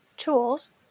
tools